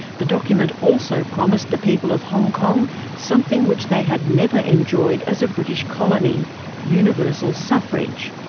the document also promised the people of hong kong something which they had never enjoyed as a british colony universal suffrage.